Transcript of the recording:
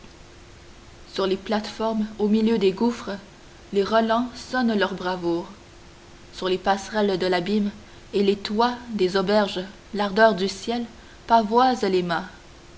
sur les plates-formes au milieu des gouffres les rolands sonnent leur bravoure sur les passerelles de l'abîme et les toits des auberges l'ardeur du ciel pavoise les mâts